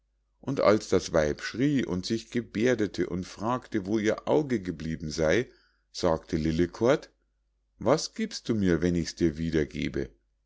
und als das weib schrie und sich geberdete und fragte wo ihr auge geblieben sei sagte lillekort was giebst du mir wenn ich's dir wiedergebe